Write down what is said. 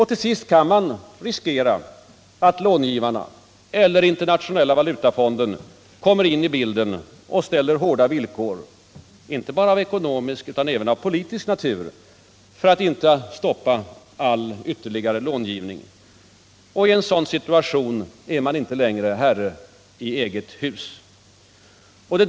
Till sist kan man riskera att långivarna eller Internationella valutafonden kommer in i bilden och ställer hårda villkor, inte bara av ekonomisk utan också av politisk natur, för att inte all ytterligare långivning skall stoppas. I en sådan situation är man inte längre herre i eget hus.